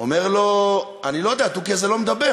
אומר לו: אני לא יודע, התוכי הזה לא מדבר.